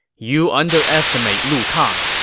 you underestimate lu kang.